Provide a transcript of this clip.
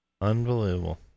Unbelievable